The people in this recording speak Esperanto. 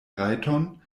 rajton